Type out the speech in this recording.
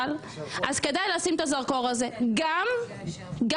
אז כדאי לשים את הזרקור הזה גם אם זה